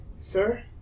sir